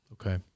Okay